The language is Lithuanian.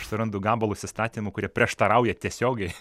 aš surandu gabalus įstatymų kurie prieštarauja tiesiogiai